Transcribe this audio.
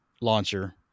launcher